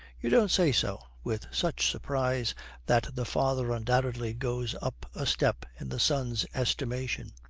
you don't say so with such surprise that the father undoubtedly goes up a step in the son's estimation.